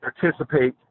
participate